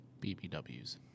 BBWs